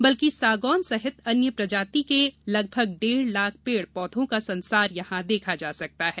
बल्कि सागौन सहित अन्य प्रजाति के लगभग डेढ लाख पेड पोघों का संसार यहां देखा जा सकता है